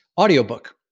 audiobook